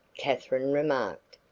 katherine remarked.